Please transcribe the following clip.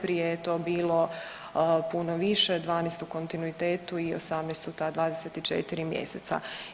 Prije je to bilo puno više 12 u kontinuitetu i 18 u ta 24 mjeseca.